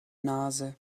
nase